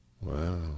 Wow